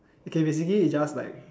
okay is basically just like